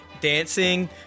dancing